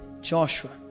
joshua